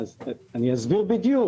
וזה מאפשר המון דברים: